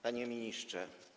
Panie Ministrze!